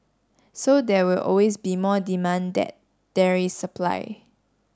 so there will always be more demand that there is supply